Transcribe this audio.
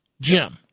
Jim